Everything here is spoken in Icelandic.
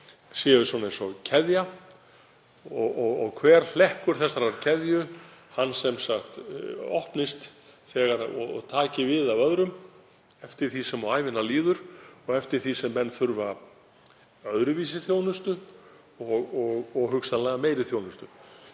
séu eins og keðja og hver hlekkur þeirrar keðju opnist og taki við af öðrum eftir því sem á ævina líður og eftir því sem menn þurfa öðruvísi þjónustu og hugsanlega meiri þjónustu.